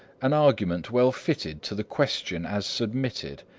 an argument well fitted to the question as submitted,